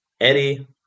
Eddie